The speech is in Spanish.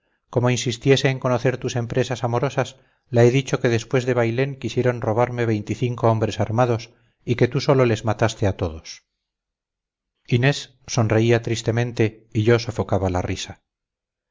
como insistiese en conocer tus empresas amorosas la he dicho que después de bailén quisieron robarme veinticinco hombres armados y que tú solo les mataste a todos inés sonreía tristemente y yo sofocaba la risa